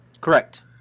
Correct